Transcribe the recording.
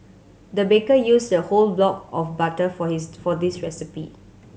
the baker used a whole block of butter for his for this recipe